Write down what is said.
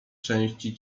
części